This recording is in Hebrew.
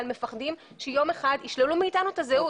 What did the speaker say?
מפחדים שיום אחד ישללו מאיתנו את הזהות.